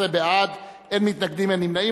11 בעד, אין מתנגדים, אין נמנעים.